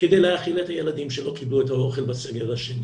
כמה מהם קיבלו בפועל את המנה החמה בצל משבר הקורונה?